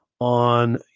on